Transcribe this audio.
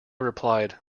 replied